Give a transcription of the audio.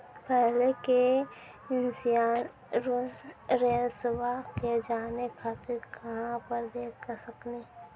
पहले के इंश्योरेंसबा के जाने खातिर कहां पर देख सकनी?